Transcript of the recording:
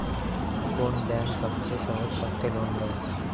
কোন ব্যাংক সবচেয়ে সহজ শর্তে লোন দেয়?